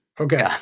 Okay